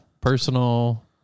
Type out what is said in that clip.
personal